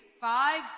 five